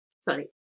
Sorry